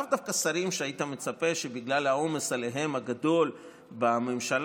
לאו דווקא שרים שהיית מצפה שבגלל העומס עליהם הגדול בממשלה,